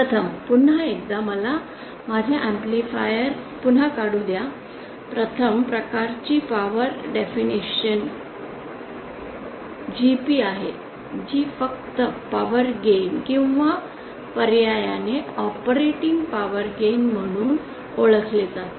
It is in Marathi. प्रथम पुन्हा एकदा मला माझा ऍम्प्लिफायर पुन्हा काढू द्या प्रथम प्रकारची पॉवर डेफिनेशन GP आहे जी फक्त पॉवर गेन किंवा पर्यायाने ऑपरेटिंग पॉवर गेन म्हणून ओळखले जाते